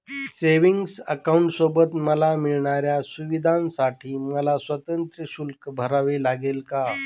Savings अकाउंटसोबत मला मिळणाऱ्या सुविधांसाठी मला स्वतंत्र शुल्क भरावे लागेल का?